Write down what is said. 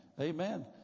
Amen